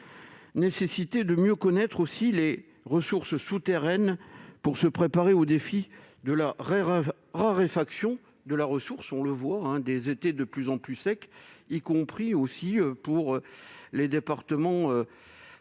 nécessaire de mieux connaître les ressources souterraines pour se préparer aux défis de la raréfaction de la ressource. On le voit en effet, les étés sont de plus en plus secs, y compris dans les départements